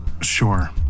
sure